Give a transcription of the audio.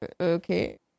okay